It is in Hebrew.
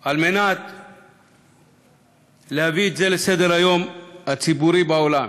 כדי להביא את זה לסדר-היום הציבורי בעולם.